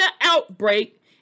outbreak